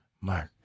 Mark